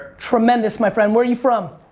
tremendous my friend. where are you from?